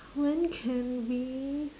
when can we